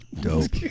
Dope